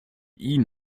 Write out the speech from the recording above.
ihn